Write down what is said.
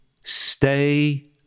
stay